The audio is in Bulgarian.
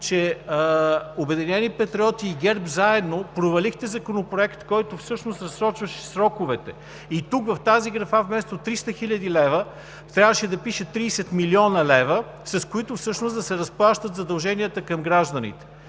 че „Обединени патриоти“ и ГЕРБ заедно, провалихте законопроект, който всъщност разсрочваше сроковете. И тук в тази графа вместо 300 хил. лв. трябваше да пише 30 млн. лв., с които всъщност да се разплащат задълженията към гражданите.